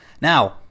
Now